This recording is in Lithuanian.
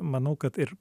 manau kad ir